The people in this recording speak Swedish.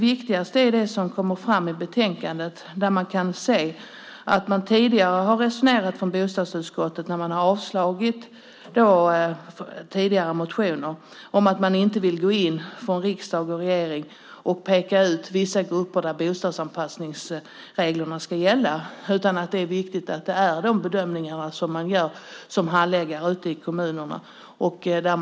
Viktigast är väl det som kommer fram i betänkandet om hur bostadsutskottet tidigare resonerat när man har avstyrkt tidigare motioner, nämligen att man inte vill att riksdag och regering ska peka ut vissa grupper för vilka bostadsanpassningsreglerna ska gälla. Det viktiga är i stället de bedömningar som handläggarna ute i kommunerna gör.